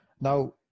Now